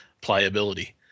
pliability